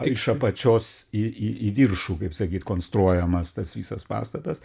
iš apačios į į į viršų kaip sakyt konstruojamas tas visas pastatas